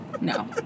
No